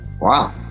Wow